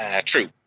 True